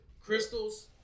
Crystals